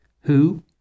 Who